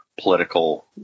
political